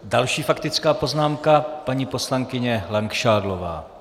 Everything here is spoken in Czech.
Další faktická poznámka paní poslankyně Langšádlová.